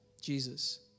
Jesus